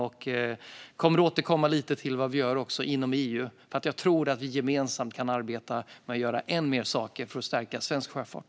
Jag kommer att återkomma till vad som görs inom EU, för jag tror att vi gemensamt kan arbeta med att göra än mer för att stärka svensk sjöfart.